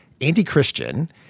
anti-Christian